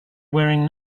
wearing